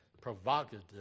provocative